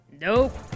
nope